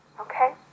Okay